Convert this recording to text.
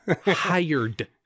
hired